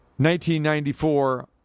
1994